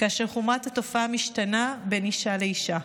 כאשר חומרת התופעה משתנה בין אישה לאישה.